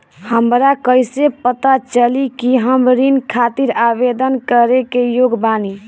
हमरा कईसे पता चली कि हम ऋण खातिर आवेदन करे के योग्य बानी?